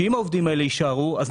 שבו אם העובדים האלה יישארו אנחנו